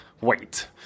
wait